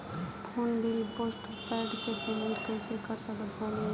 Phone bill postpaid के payment कैसे कर सकत बानी?